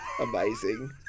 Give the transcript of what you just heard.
Amazing